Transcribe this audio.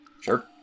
Sure